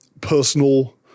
personal